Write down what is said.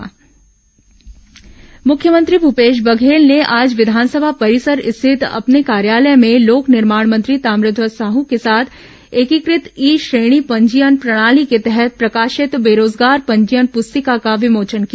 एकीकृत ई श्रेणी पंजीयन प्रणाली मुख्यमंत्री भूपेश बघेल ने आज विधानसभा परिसर स्थित अपने कार्यालय में लोक निर्माण मंत्री ताम्रध्वज साह के साथ एकीकृत ई श्रेणी पंजीयन प्रणाली के तहत प्रकाशित बेरोजगार पंजीयन प्रस्तिका का विमोचन किया